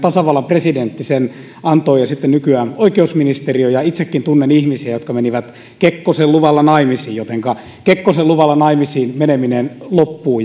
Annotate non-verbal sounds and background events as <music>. <unintelligible> tasavallan presidentti sen antoi ja sitten nykyään oikeusministeriö ja itsekin tunnen ihmisiä jotka menivät kekkosen luvalla naimisiin jotenka kekkosen luvalla naimisiin meneminen loppuu <unintelligible>